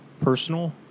personal